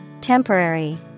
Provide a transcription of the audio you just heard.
Temporary